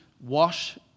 wash